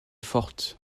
forte